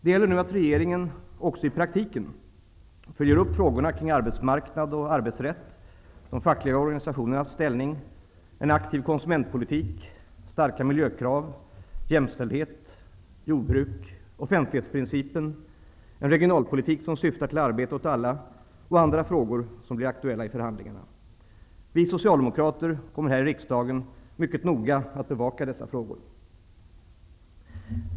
Det gäller nu att regeringen också i praktiken följer upp frågorna kring arbetsmarknad och arbetsrätt, de fackliga organisationernas ställning, en aktiv konsumentpolitik, starka miljökrav, jämställdhet, jordbruk, offentlighetsprincipen, en regionalpolitik som syftar till arbete åt alla och andra frågor som blir aktuella i förhandlingarna. Vi socialdemokrater kommer att här i riksdagen mycket noga bevaka dessa frågor.